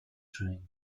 drain